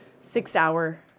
six-hour